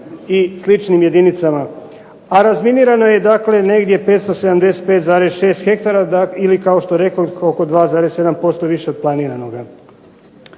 i sličnim jedinicama. A razminirano je dakle negdje 575,6 hektara ili kao što rekoh oko 2,7% više od planiranoga.